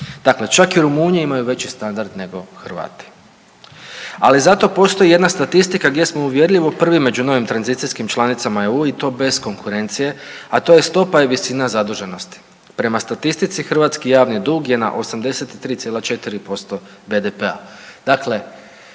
Dakle, čak i Rumunji imaju veći standard nego Hrvati. Ali zato postoji jedna statistika gdje smo uvjerljivo prvi među novim tranzicijskim članicama EU i to bez konkurencije, a to je stopa i visina zaduženosti. Prema statistici hrvatski javni dug je na 83,4% BDP-a. Dakle,